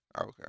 Okay